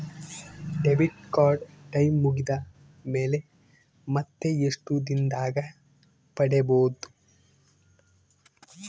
Debit card time ಮುಗಿದ ಮೇಲೆ ಮತ್ತೆ ಎಷ್ಟು ದಿನದಾಗ ಪಡೇಬೋದು?